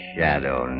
Shadow